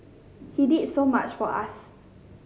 he did so much for us